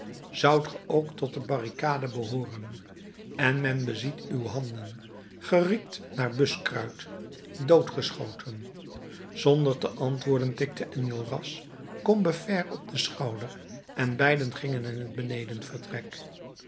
zoudt ge ook tot de barricade behooren en men beziet uw handen ge riekt naar buskruit doodgeschoten zonder te antwoorden tikte enjolras combeferre op den schouder en beiden gingen in het